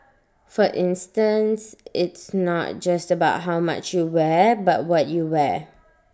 for instance it's not just about how much you wear but what you wear